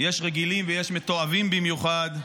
יש רגילים ויש מתועבים במיוחד,